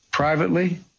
privately